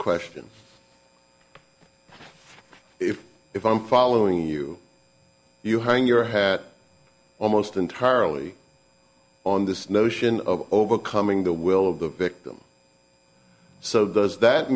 question if if i'm following you you hang your hat almost entirely on this notion of overcoming the will of the victim so those that